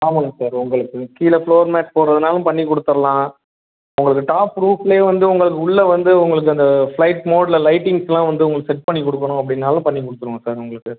ஆமாங்க சார் உங்களுக்கு கீழே ஃப்ளோர் மேட் போடுறதுன்னாலும் பண்ணி கொடுத்துடலாம் உங்களுக்கு டாப் ரூஃப்லேயே வந்து உங்களுக்கு உள்ள வந்து உங்களுக்கு அந்த ஃபிளைட் மோடில் லைட்டிங்ஸ்லாம் வந்து உங்களுக்கு செட் பண்ணி கொடுக்கணும் அப்படின்னாலும் பண்ணி கொடுத்துருவோம் சார் உங்களுக்கு